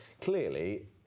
clearly